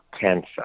cancer